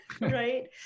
right